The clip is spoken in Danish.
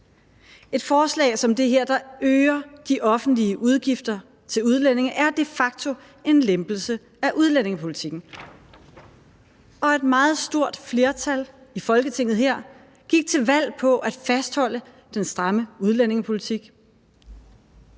Et forslag som det her, der øger de offentlige udgifter til udlændinge, er de facto en lempelse af udlændingepolitikken. Og et meget stort flertal i Folketinget her gik til valg på at fastholde den stramme udlændingepolitik.